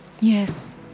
Yes